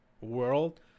world